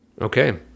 okay